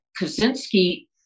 Kaczynski